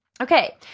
Okay